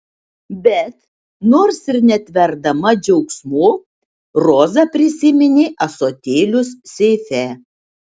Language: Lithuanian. bet nors ir netverdama džiaugsmu roza prisiminė ąsotėlius seife